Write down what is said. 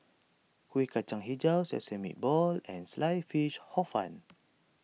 Kuih Kacang HiJau Sesame Balls and Sliced Fish Hor Fun